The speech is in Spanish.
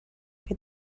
que